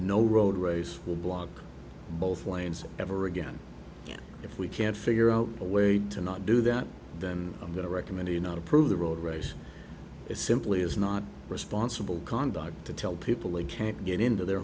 no road race will block both lanes ever again and if we can't figure out a way to not do that then i'm going to recommend you not approve the road race it simply is not responsible conduct to tell people they can't get into their